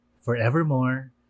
forevermore